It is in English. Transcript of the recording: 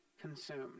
consumed